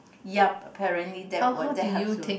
yeah apparently that was that has to